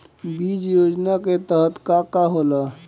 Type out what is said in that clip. बीज योजना के तहत का का होला?